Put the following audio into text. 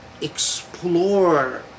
explore